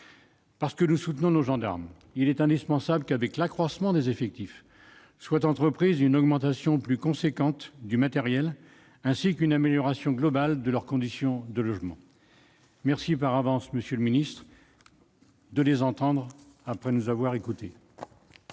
Parce que nous soutenons nos gendarmes, il est indispensable que, avec l'accroissement des effectifs, soit entreprise une augmentation plus importante des crédits consacrés au matériel, ainsi qu'une amélioration globale de leurs conditions de logement. Merci par avance, monsieur le ministre, de les entendre, après nous avoir écoutés